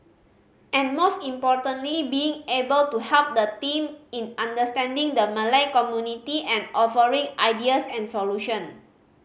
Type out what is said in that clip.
and most importantly being able to help the team in understanding the Malay community and offering ideas and solution